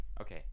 okay